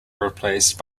replaced